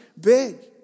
big